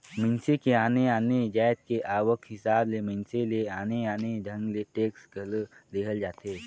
मइनसे के आने आने जाएत के आवक हिसाब ले मइनसे ले आने आने ढंग ले टेक्स घलो लेहल जाथे